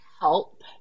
help